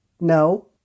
No